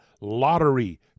Lottery